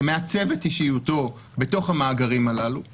שמעצב את אישיותו בתוך המאגרים הללו;